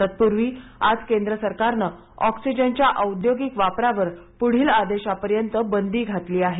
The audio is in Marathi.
तर्पवीं आज केंद्र सरकारने ऑक्सिजनच्या औद्योगिक वापरावर पुढील आदेशांपर्यंत बंदी घातली आहे